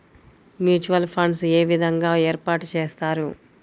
Mutual funds ఏ విధంగా ఏర్పాటు చేస్తారు?